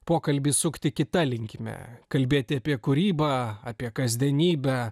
pokalbį sukti kita linkme kalbėti apie kūrybą apie kasdienybę